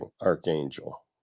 archangel